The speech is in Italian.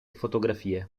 fotografie